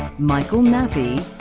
michael nappi,